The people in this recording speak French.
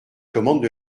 commandent